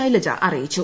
ശൈലജ അറിയിച്ചു